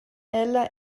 ella